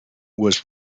was